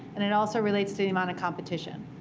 and it also relates to the amount of competition.